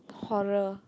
horror